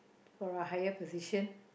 for a higher position